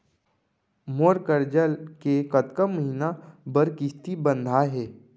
मोर करजा के कतका महीना बर किस्ती बंधाये हे?